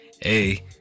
hey